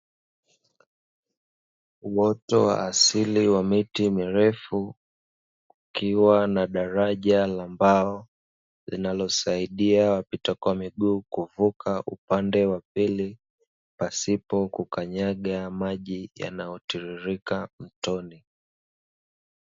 Uoto wa asili wa miti mirefu ukiwa na daraja la mbao linalosaidia wapita kwa miguu kuvuka upande wa pili, pasipo kukanyaga maji yanayo tiririka mtoni.